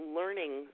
learning